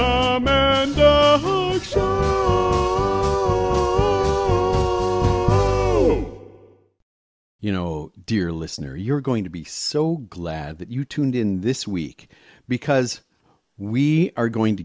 but you know dear listener you're going to be so glad that you tuned in this week because we are going to